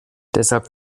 deshalb